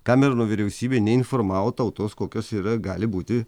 kamerono vyriausybė neinformavo tautos kokios yra gali būti